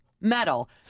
metal